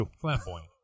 Flamboyant